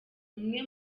umwe